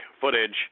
footage